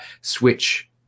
Switch